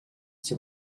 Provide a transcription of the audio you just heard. see